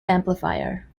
amplifier